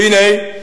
והנה,